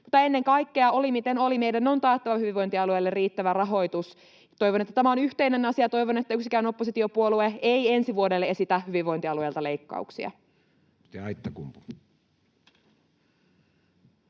saatu. Ennen kaikkea, oli miten oli, meidän on taattava hyvinvointialueille riittävä rahoitus. Toivon, että tämä on yhteinen asia. Toivon, että yksikään oppositiopuolue ei ensi vuodelle esitä hyvinvointialueilta leikkauksia.